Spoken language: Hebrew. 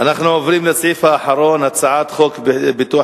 אנחנו עוברים לסעיף האחרון: הצעת חוק ביטוח